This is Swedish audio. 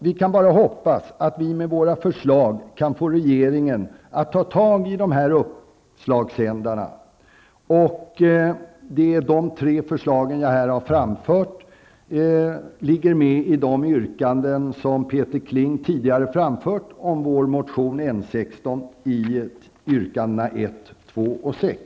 Vi kan bara hoppas att vi med våra förslag kan få regeringen att ta tag i dessa uppslagsändar. De tre förslag som jag här har framfört ligger med i de yrkanden som Peter Kling tidigare har ställt beträffande vår motion N16, yrkandena 1, 2 och 6.